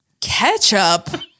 Ketchup